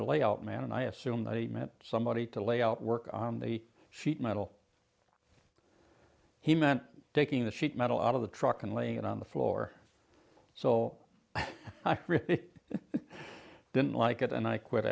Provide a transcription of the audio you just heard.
a layout man and i assume they meant somebody to lay out work on the sheet metal he meant taking the sheet metal out of the truck and laying it on the floor so i didn't like it and i quit